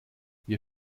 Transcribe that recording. wir